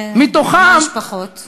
ממש פחות.